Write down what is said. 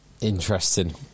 Interesting